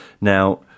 Now